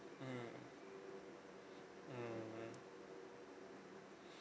mmhmm mmhmm